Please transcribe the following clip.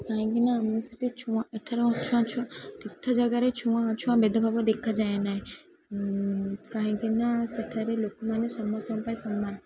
କାହିଁକିନା ଆମେ ସେଠି ଛୁଆଁ ଏଠାରେ ଛୁଆଁ ଛୁଆଁ ତୀର୍ଥ ଜାଗାରେ ଛୁଆଁ ଅଛୁଆଁ ଭେଦଭାବ ଦେଖାଯାଏ ନାହିଁ କାହିଁକିନା ସେଠାରେ ଲୋକମାନେ ସମସ୍ତଙ୍କ ପାଇଁ ସମାନ